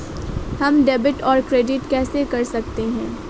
हम डेबिटऔर क्रेडिट कैसे कर सकते हैं?